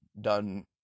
done